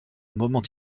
moments